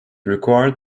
required